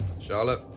Charlotte